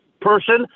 person